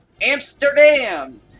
Amsterdam